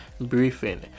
briefing